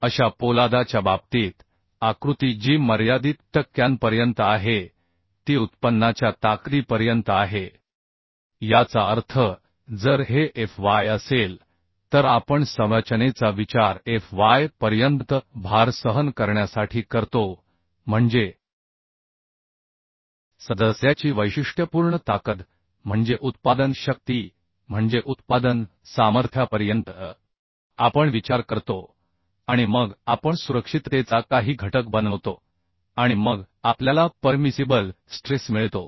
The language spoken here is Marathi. अशा पोलादाच्या बाबतीत आकृती जी मर्यादित टक्क्यांपर्यंत आहे ती इल्डच्या ताकदीपर्यंत आहे याचा अर्थ जर हे fy असेल तर आपण संरचनेचा विचार fy पर्यंत भार सहन करण्यासाठी करतो म्हणजे सदस्याची वैशिष्ट्यपूर्ण ताकद म्हणजे उत्पादन शक्ती म्हणजे इल्ड सामर्थ्यापर्यंत आपण विचार करतो आणि मग आपण सुरक्षिततेचा काही घटक बनवतो आणि मग आपल्याला परमिसिबल स्ट्रेस मिळतो